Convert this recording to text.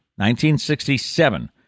1967